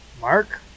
Mark